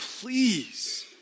please